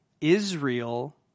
Israel